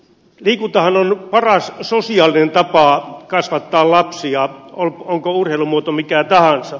liikuntahan on paras sosiaalinen tapa kasvattaa lapsia olkoon urheilumuoto mikä tahansa